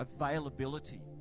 availability